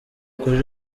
kuri